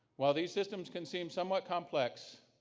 while these systems can seem somewhat complex,